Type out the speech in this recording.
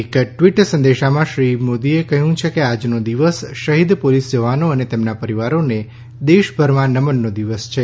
એક ટ્વીટ સંદેશમાં શ્રી મોદીએ કહ્યું છે કે આજનો દિવસ શહિદ પોલીસ જવાનો અને તેમના પરિવારોને દેશભરમાં નમનનો દિવસ છે